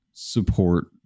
support